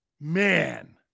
Man